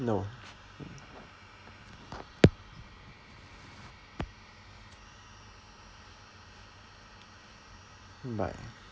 no mm bye